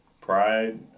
Pride